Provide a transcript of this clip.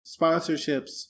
sponsorships